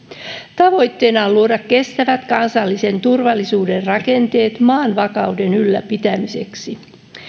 tavoitteena on luoda kestävät kansallisen turvallisuuden rakenteet maan vakauden ylläpitämiseksi